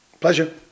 Pleasure